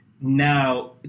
Now